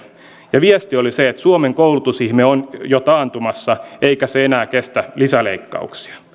viesti oli se että suomen koulutusihme on jo taantumassa eikä se enää kestä lisäleikkauksia